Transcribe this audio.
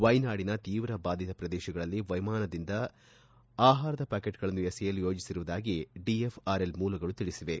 ವೈನಾಡಿನ ತೀವ್ರ ಬಾಧಿತ ಪ್ರದೇಶಗಳಲ್ಲಿ ವಿಮಾನದಿಂದ ಆಹಾರದ ಪ್ಚಾಕೆಟ್ಗಳನ್ನು ಎಸೆಯಲು ಯೋಜಿಸಿರುವುದಾಗಿ ಡಿಎಫ್ಆರ್ಎಲ್ ಮೂಲಗಳು ತಿಳಿಸಿವೆ